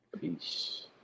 Peace